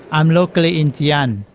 i'm locally in jian.